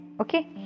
Okay